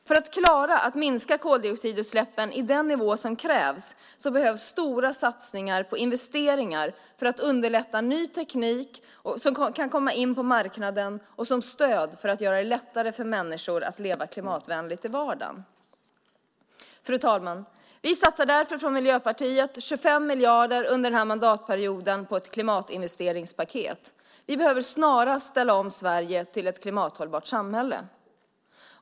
För att klara att minska koldioxidutsläppen till den nivå som krävs behövs stora satsningar på investeringar för att underlätta ny teknik som kan komma in på marknaden och som kan fungera som stöd för att göra det lättare för människor att leva klimatvänligt i vardagen. Fru talman! Vi satsar därför från Miljöpartiet 25 miljarder under den här mandatperioden på ett klimatinvesteringspaket. Vi behöver snarast ställa om Sverige till ett klimathållbart samhälle.